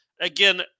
again